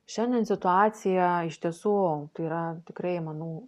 šiandien situacija iš tiesų yra tikrai manau